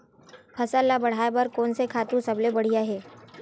फसल ला बढ़ाए बर कोन से खातु सबले बढ़िया हे?